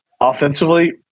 Offensively